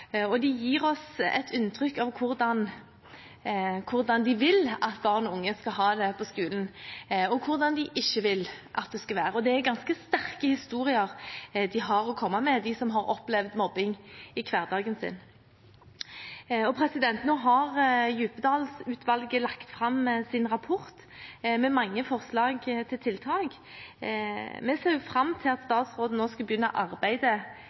mobbet. Det gir oss et inntrykk av hvordan de vil at barn og unge skal ha det på skolen, og hvordan de ikke vil at det skal være. Og det er ganske sterke historier de har å komme med, de som har opplevd mobbing i hverdagen. Nå har Djupedal-utvalget lagt fram sin rapport med mange forslag til tiltak. Vi ser fram til at statsråden nå skal begynne